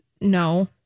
no